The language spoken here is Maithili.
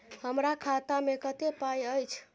हमरा खाता में कत्ते पाई अएछ?